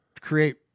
create